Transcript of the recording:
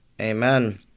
Amen